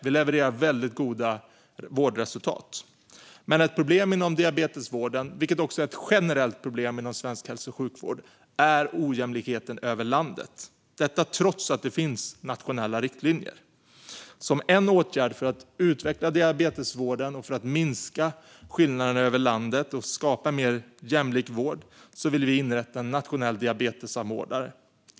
Vi levererar väldigt goda vårdresultat. Men ett problem inom diabetesvården, vilket också är ett generellt problem inom svensk hälso och sjukvård, är att vården inte är ojämlikheten över landet, detta trots att det finns nationella riktlinjer. Som en åtgärd för att utveckla diabetesvården och minska skillnaderna över landet och skapa en mer jämlik vård vill vi inrätta en nationell diabetessamordnare.